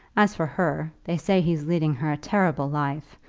as for her, they say he's leading her a terrible life.